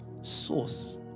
Source